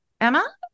Emma